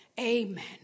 Amen